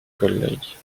collègue